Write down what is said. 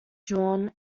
drawn